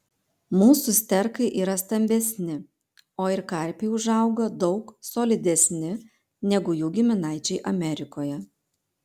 mūsų sterkai yra stambesni o ir karpiai užauga daug solidesni negu jų giminaičiai amerikoje